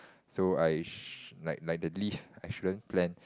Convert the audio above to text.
so I sh~ like like the leave I shouldn't plan